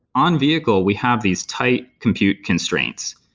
on-vehicle, we have these tight compute constraints,